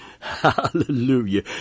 Hallelujah